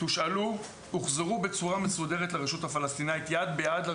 תושאלו והוחזרו בצורה מסודרת לרשות הפלסטינאית יד ביד.